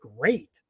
great